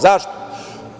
Zašto?